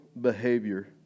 behavior